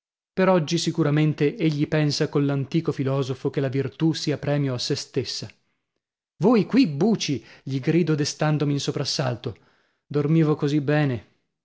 per oggi sicuramente egli pensa coll'antico filosofo che la virtù sia premio a sè stessa voi qui buci gli grido destandomi in soprassalto dormivo così bene